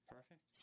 Perfect